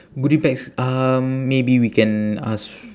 goody bags um maybe we can ask